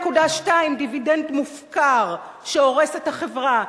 דיבידנד מופקר שהורס את החברה,